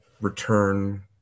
return